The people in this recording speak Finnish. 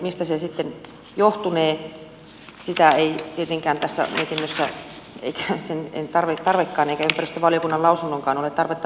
mistä se sitten johtunee sitä ei tietenkään tässä mietinnössä pohdita eikä tarvitsekaan eikä ympäristövaliokunnan lausunnossakaan ole tarvetta pohtia